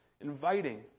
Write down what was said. inviting